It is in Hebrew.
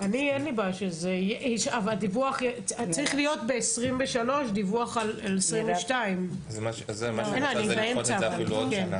צריך להיות ב-2023 דיווח על 2022. אז צריך לדחות את זה אפילו בעוד שנה.